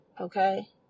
okay